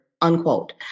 unquote